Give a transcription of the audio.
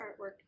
artwork